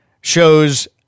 shows